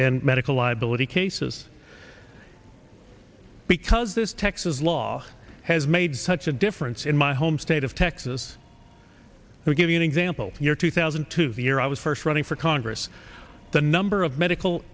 in medical liability case basis because this texas law has made such a difference in my home state of texas who give you an example your two thousand and two the year i was first running for congress the number of medical